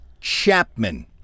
Chapman